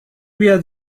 بیاد